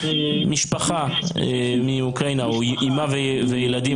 משפחה מאוקראינה או אימא ילדים,